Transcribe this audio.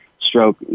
stroke